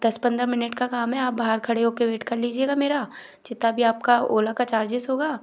दस पंद्रह मिनट का काम है आप बाहर खड़े हो के वेट कर लीजिएगा मेरा जितना भी आपका ओला का चार्जेस होगा